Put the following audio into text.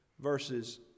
verses